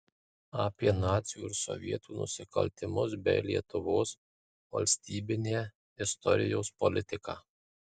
apie nacių ir sovietų nusikaltimus bei lietuvos valstybinę istorijos politiką